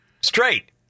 straight